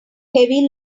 heavy